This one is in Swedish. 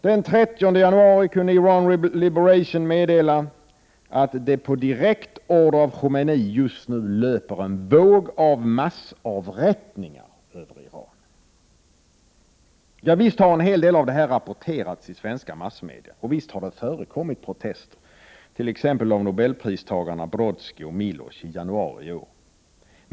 Den 30 januari kunde Iran Liberation meddela att det på direkt order av Khomeini just nu löper en våg av massavrättningar över Iran. Visst har en hel del av detta rapporterats i svenska massmedia, och visst har det förekommit protester, t.ex av nobelpristagarna Brodsky och Milosz i januari i år.